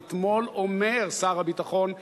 ואתמול אומר שר הביטחון: